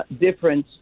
difference